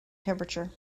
temperature